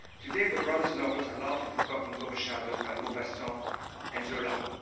today the brothers' novels are largely forgotten overshadowed by maupassant so and zola.